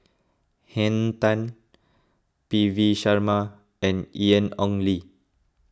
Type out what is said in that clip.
Henn Tan P V Sharma and Ian Ong Li